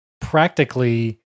practically